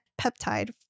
peptide